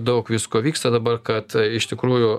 daug visko vyksta dabar kad iš tikrųjų